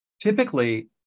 typically